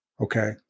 okay